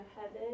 heaven